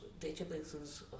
databases